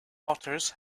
otters